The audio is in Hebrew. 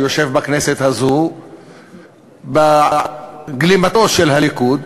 שיושב בכנסת הזאת בגלימתו של הליכוד,